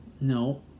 No